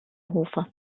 hofe